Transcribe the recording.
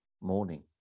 morning